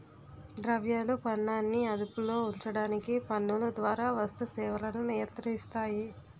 ద్రవ్యాలు పనాన్ని అదుపులో ఉంచడానికి పన్నుల ద్వారా వస్తు సేవలను నియంత్రిస్తాయి